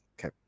Okay